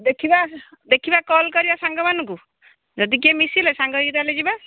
ଦେଖିବା ଦେଖିବା କଲ୍ କରିବା ସାଙ୍ଗମାନଙ୍କୁ ଯଦି କିଏ ମିଶିଲେ ସାଙ୍ଗ ହୋଇକି ତା'ହେଲେ ଯିବା